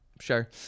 sure